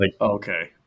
Okay